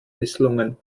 misslungen